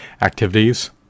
activities